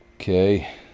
Okay